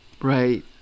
Right